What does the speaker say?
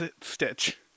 stitch